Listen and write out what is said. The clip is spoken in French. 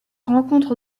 rencontre